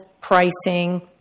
pricing